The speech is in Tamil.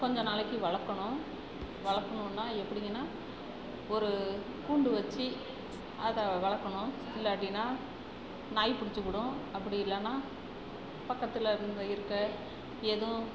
கொஞ்ச நாளைக்கு வளர்க்கணும் வளர்க்கணுன்னா எப்படிங்கன்னா ஒரு கூண்டு வச்சு அதை வளர்க்கணும் இல்லாட்டின்னால் நாய் பிடிச்சிப்புடும் அப்படி இல்லைன்னா பக்கத்தில் இருந்த இருக்க எதுவும்